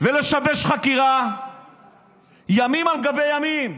ולשבש חקירה ימים על גבי ימים.